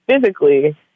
physically